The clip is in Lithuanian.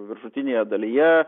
viršutinėje dalyje